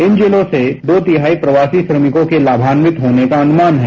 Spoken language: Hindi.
इन जिलों से दो तिहाई प्रवासी श्रमिकों के लाभांवित होने का अनुमान है